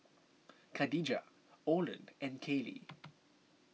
Kadijah Orland and Kaylee